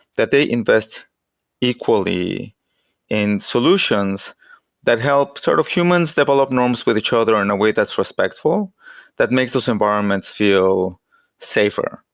that they invest equally in solutions that help sort of humans develop norms with each other in a way that's respectful that makes those environments feel safer.